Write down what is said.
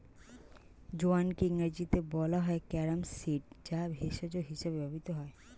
জোয়ানকে ইংরেজিতে বলা হয় ক্যারাম সিড যা ভেষজ হিসেবে ব্যবহৃত হয়